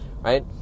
right